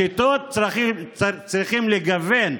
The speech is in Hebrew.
את השיטות צריכים לגוון,